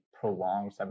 prolonged